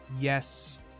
Yes